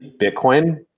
Bitcoin